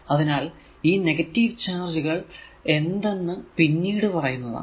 അതിനാൽ ഈ നെഗറ്റീവ് ചാർജുകൾ എന്തെന്ന് പിന്നീട് പറയുന്നതാണ്